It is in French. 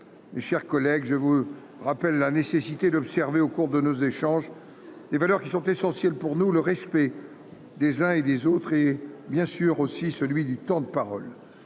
mes chers collègues, je vous rappelle la nécessité d'observer au cours de nos échanges, les valeurs qui sont essentiels pour nous, le respect des uns et des autres, et bien sûr aussi celui du temps de parole.